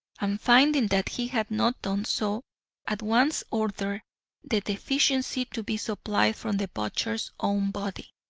and finding that he had not done so at once ordered the deficiency to be supplied from the butcher's own body.